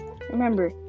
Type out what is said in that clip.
Remember